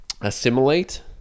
assimilate